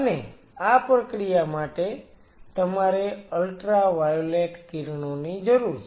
અને આ પ્રક્રિયા માટે તમારે અલ્ટ્રાવાયોલેટ કિરણોની જરૂર છે